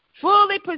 fully